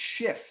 shift